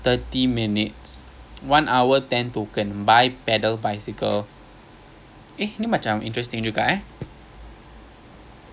so I mean we we can see lah what else we want but I think to really maximise the segway is good because it's at whole one hour then I think